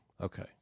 Okay